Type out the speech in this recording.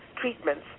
treatments